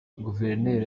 guverineri